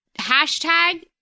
hashtag